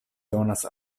donas